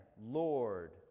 Lord